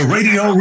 Radio